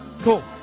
cool